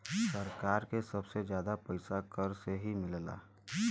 सरकार के सबसे जादा पइसा कर से ही मिलला